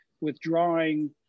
withdrawing